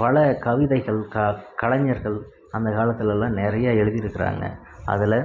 பல கவிதைகள் க கலைஞர்கள் அந்த காலத்தெலலாம் நிறைய எழுதிருக்கிறாங்க அதில்